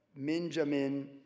Minjamin